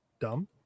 dumb